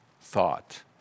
thought